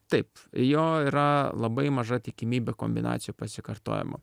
taip jo yra labai maža tikimybė kombinacijų pasikartojimo